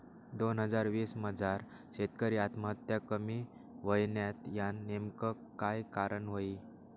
दोन हजार वीस मजार शेतकरी आत्महत्या कमी व्हयन्यात, यानं नेमकं काय कारण व्हयी?